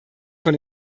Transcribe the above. von